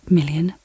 Million